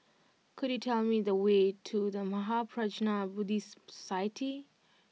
could you tell me the way to The Mahaprajna Buddhist Society